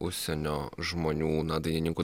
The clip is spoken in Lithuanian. užsienio žmonių na dainininkų